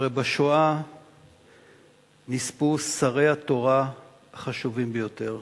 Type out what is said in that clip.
הרי בשואה נספו שרי התורה החשובים ביותר,